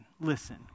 listen